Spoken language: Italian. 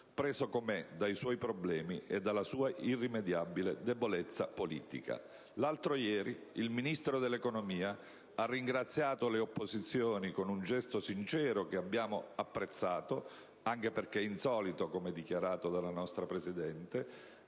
preso com'è dai suoi problemi e dalla sua irrimediabile debolezza politica. L'altro ieri il Ministro dell'economia ha ringraziato le opposizioni, con un gesto sincero che abbiamo apprezzato (anche perché insolito, come ha dichiarato la nostra presidente